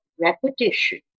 repetition